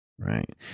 Right